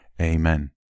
Amen